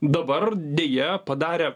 dabar deja padarę